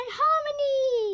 harmony